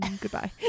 Goodbye